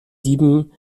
sieben